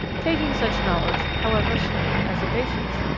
taking such knowledge, however slight, as a basis,